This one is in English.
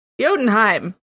Jotunheim